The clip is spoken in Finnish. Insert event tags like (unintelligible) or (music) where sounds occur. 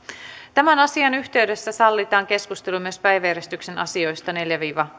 tämän asian yhteydessä sallitaan keskustelu myös päiväjärjestyksen neljännestä viiva (unintelligible)